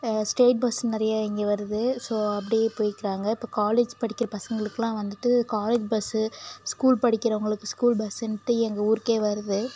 state bus நிறைய இங்கே வருது ஸோ அப்படி போயிகிறாங்க இப்போது காலேஜ் படிக்கிற பசங்களுக்லாம் வந்துட்டு காலேஜ் பஸ்ஸு ஸ்கூல் படிக்கிறவங்களுக்கு ஸ்கூல் பஸ்ஸுன்ட்டு எங்கள் ஊருக்கே வருது